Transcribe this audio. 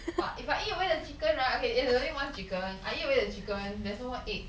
but if I eat away the chicken right okay there's only one chicken I eat away the chicken there's no more egg